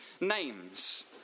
names